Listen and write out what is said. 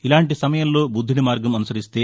ఇలాంటి సమయంలో బుద్దుడి మార్గం అనుసరిస్తే